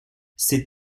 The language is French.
ces